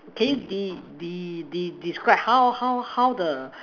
can you De De De describe how how how the